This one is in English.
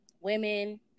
women